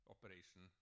Operation